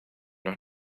doch